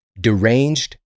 deranged